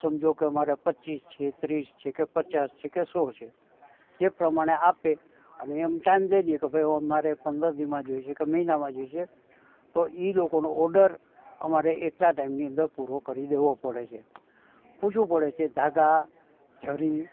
સમજો કે મારા પચીસ છે ત્રીસ છે કે પચાસ છે કે સો છે તે પ્રમાણે આપે અને એ અમે ટાઈમ દઈ દઈએ કે ભાઈ હવે મારે પંદર દીમાં જોઈશે કે મહિનામાં જોઈશે તો એ લોકોનો ઓડર અમારા એટલા ટાઈમની અંદર પૂરો કરી દેવો પડે છે પૂછવું પડે છે ધાગા જરી